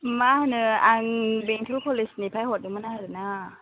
मा होनो आं बेंथल कलेजनिफ्राइ हरदोंमोन आरो ना